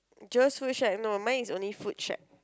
just wish I know mine is only food shack